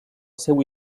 seu